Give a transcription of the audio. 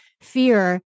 fear